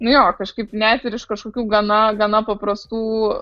nu jo kažkaip net ir iš kažkokių gana gana paprastų